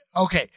okay